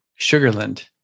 Sugarland